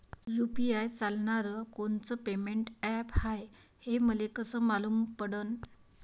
UPI चालणारं कोनचं payment app हाय, हे मले कस मालूम पडन?